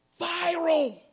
viral